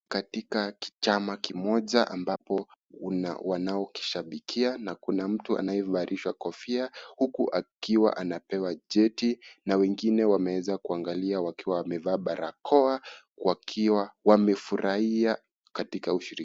Katika kichama kimoja ambapo, kuna wanaokishabikia na kuna mtu anayevalishwa kofia huku akiwa anapewa cheti na wengine wameweza kuangalia wakiwa wamevaa barakoa, wakiwa wamefurahia katika ushiri...